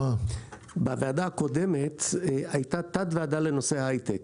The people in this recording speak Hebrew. בוועדה הקודמת הייתה תת-ועדה לנושא ההייטק,